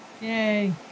yay